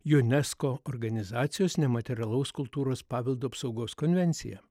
junesko organizacijos nematerialaus kultūros paveldo apsaugos konvencija